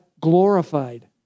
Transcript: glorified